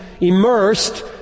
immersed